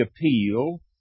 appeal